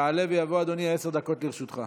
יעלה ויבוא אדוני, עשר דקות לרשותך.